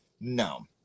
No